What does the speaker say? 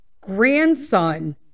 grandson